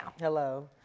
Hello